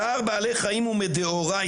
צער בעלי חיים הוא דאורייתא,